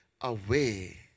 away